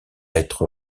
être